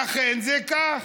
ואכן זה כך.